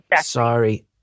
sorry